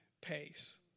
pace